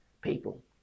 people